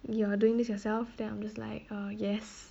you are doing this yourself then I'm just like err yes